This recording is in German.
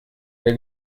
der